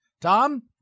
Tom